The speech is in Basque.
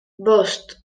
bost